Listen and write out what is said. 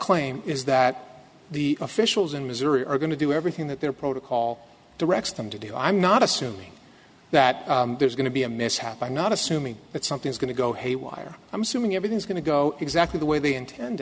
claim is that the officials in missouri are going to do everything that their protocol directs them to do i'm not assuming that there's going to be a mishap i'm not assuming that something's going to go haywire i'm assuming everything's going to go exactly the way they intend